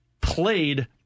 played